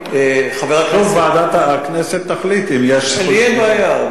חייב להיות, ועדת הכנסת תחליט אם יש, לי אין בעיה.